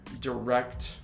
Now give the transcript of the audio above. direct